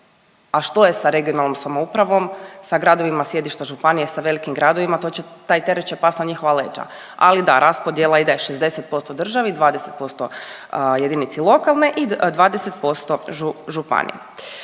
A što je sa regionalnom samoupravom, sa gradovima sjedišta županija, sa velikim gradovima? To će, taj teret će past na njihova leđa, ali da raspodjela ide 60% državi, 20% jedinici lokalne i 20% županiji.